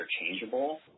interchangeable